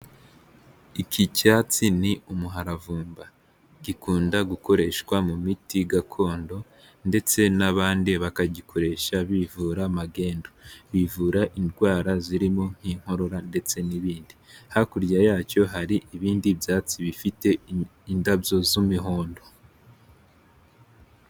Iki cyatsi ni umuharavumba, gikunda gukoreshwa mu miti gakondo ndetse n'abandi bakagikoresha bivura magendu, bivura indwara zirimo, nk'inkorora ndetse n'ibindi, hakurya yacyo hari ibindi byatsi bifite indabyo z'umuhondo,